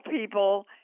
people –